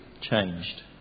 changed